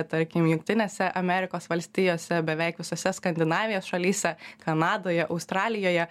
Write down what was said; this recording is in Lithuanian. tarkim jungtinėse amerikos valstijose beveik visose skandinavijos šalyse kanadoje australijoje